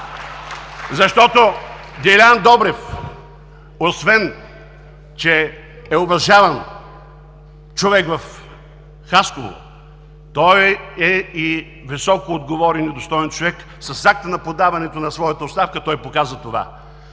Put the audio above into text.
Защото Делян Добрев, освен че е уважаван човек в Хасково, той е и високоотговорен и достоен човек. С акта на подаването на своята оставка той показа това.